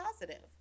positive